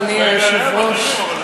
אדוני היושב-ראש,